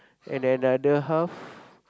and another half